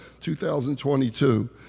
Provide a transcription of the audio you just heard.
2022